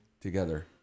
together